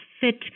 fit